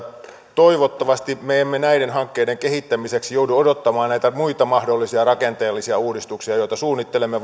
toivottavasti me emme näiden hankkeiden kehittämiseksi joudu odottamaan näitä muita mahdollisia rakenteellisia uudistuksia joita suunnittelemme